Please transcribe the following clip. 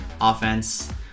offense